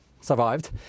survived